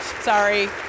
sorry